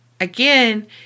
Again